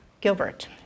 Gilbert